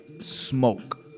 smoke